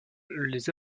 les